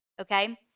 Okay